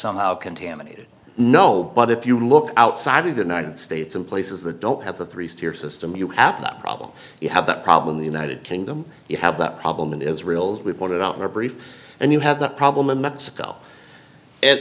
somehow contaminated know but if you look outside of the united states in places that don't have the three steer system you have that problem you have that problem the united kingdom you have that problem and israel's we pointed out in our brief and you have the problem in mexico and